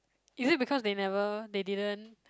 is it because they never they didn't